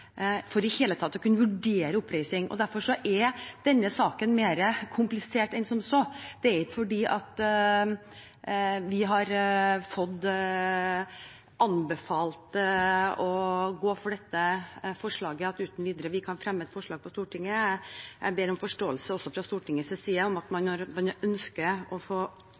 for i det hele tatt å kunne vurdere oppreisning. Derfor er denne saken mer komplisert enn som så. Det er ikke slik at fordi vi har blitt anbefalt å gå for dette forslaget, kan vi uten videre fremme det på Stortinget. Jeg ber om forståelse også fra Stortingets side for at selv om man har ønsket å få